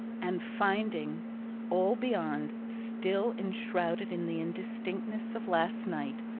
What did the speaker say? and finding all beyond still enshrouded in the indistinctness of last night,